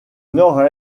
north